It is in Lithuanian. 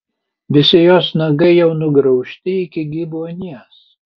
visi jos nagai jau nugraužti iki gyvuonies